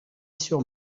sur